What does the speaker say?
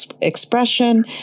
expression